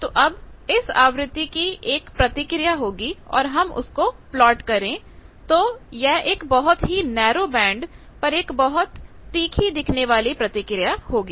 तो अब इस आवृत्ति की एक प्रतिक्रिया होगी और अगर हम उसको प्लॉट करें तो यह एक बहुत ही नैरोबैंड पर एक बहुत तीखी दिखने वाली प्रतिक्रिया होगी